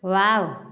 wow